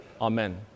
Amen